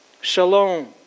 shalom